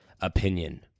opinion